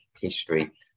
history